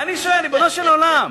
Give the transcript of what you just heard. אני שואל, ריבונו של עולם,